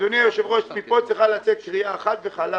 אדוני היושב-ראש, חד וחלק